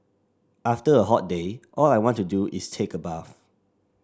after a hot day all I want to do is take a bath